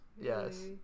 Yes